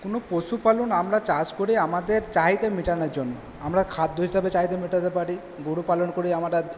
কোনো পশুপালন আমরা চাষ করে আমাদের চাহিদা মেটানোর জন্য আমরা খাদ্য হিসাবে চাহিদা মেটাতে পারি গরু পালন করি আমরা দুধ